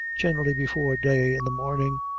generally before day in the morning.